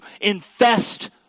infest